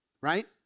right